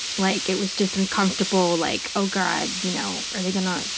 like, it was just uncomfortable, like, oh, god, you know, are they going to,